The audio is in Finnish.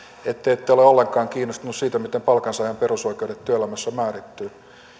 että te ette ole ollenkaan kiinnostunut siitä miten palkansaajan perusoikeudet työelämässä määrittyvät